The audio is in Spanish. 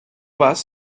bass